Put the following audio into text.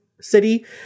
city